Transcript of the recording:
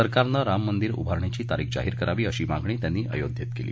सरकारनं राम मंदिर उभारणीची तारीख जाहीर करावी अशी मागणी त्यांनी अयोध्येत केली